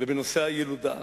ובנושא הילודה.